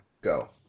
go